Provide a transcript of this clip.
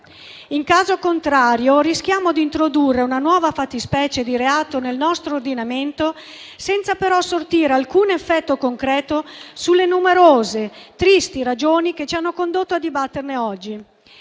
In caso contrario, rischiamo di introdurre una nuova fattispecie di reato nel nostro ordinamento, senza però sortire alcun effetto concreto sulle numerose e tristi ragioni che ci hanno condotto a dibatterne oggi.